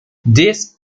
this